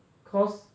cause